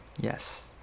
Yes